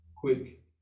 quick